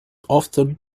often